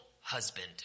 husband